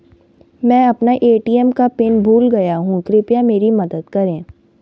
मैं अपना ए.टी.एम का पिन भूल गया हूं, कृपया मेरी मदद करें